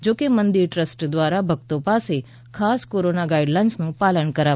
જો કે મંદિર ટ્રસ્ટ દ્વારા ભક્તો પાસે ખાસ કોરોના ગાઇડલાઇનનું પાલન કરાવાયું હતું